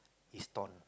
is torn